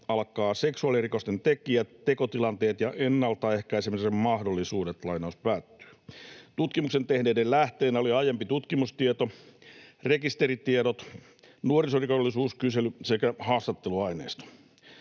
”Seksuaalirikosten tekijät, tekotilanteet ja ennalta ehkäisemisen mahdollisuudet”. Tutkimuksen tehneiden lähteenä oli aiempi tutkimustieto, rekisteritiedot, nuorisorikollisuuskysely sekä haastatteluaineisto.